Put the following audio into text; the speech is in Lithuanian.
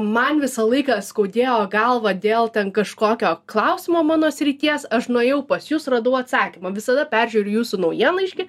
man visą laiką skaudėjo galvą dėl ten kažkokio klausimo mano srities aš nuėjau pas jus radau atsakymą visada peržiūriu jūsų naujienlaiškį